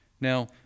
Now